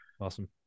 awesome